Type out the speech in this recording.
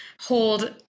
hold